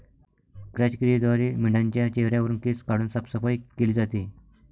क्रॅच क्रियेद्वारे मेंढाच्या चेहऱ्यावरुन केस काढून साफसफाई केली जाते